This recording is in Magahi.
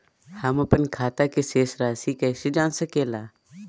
हमर अपन खाता के शेष रासि कैसे जान सके ला?